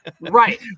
Right